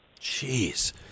Jeez